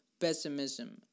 Pessimism